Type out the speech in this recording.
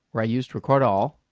where i used record all,